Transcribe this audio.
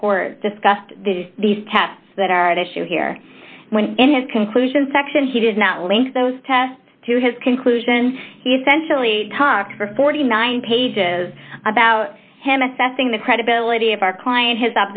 report discussed these tests that are at issue here in his conclusion section he did not link those tests to his conclusion he essentially talked for forty nine pages about him assessing the credibility of our client his